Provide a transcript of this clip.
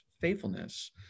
faithfulness